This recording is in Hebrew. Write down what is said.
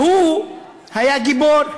ההוא היה גיבור.